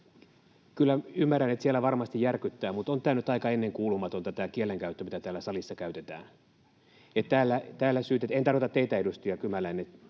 Kyllä ymmärrän, että siellä varmasti järkyttää. On tämä nyt aika ennenkuulumatonta, tämä kielenkäyttö, mitä täällä salissa käytetään, että täällä syytetään... — En tarkoita teitä, edustaja Kymäläinen,